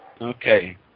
Okay